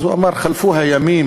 אז הוא אמר: חלפו הימים